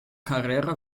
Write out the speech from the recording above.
carrera